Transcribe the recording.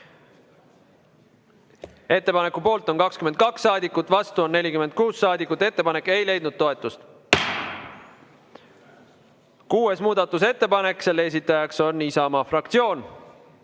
Ettepaneku poolt on 22 saadikut, vastu on 46 saadikut. Ettepanek ei leidnud toetust. Kuues muudatusettepanek, selle esitaja on Isamaa fraktsioon.